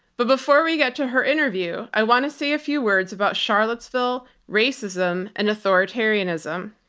but before we get to her interview, i want to say a few words about charlottesville, racism, and authoritarianism.